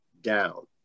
down